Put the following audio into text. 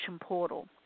portal